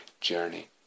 journey